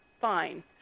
fine